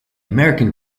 american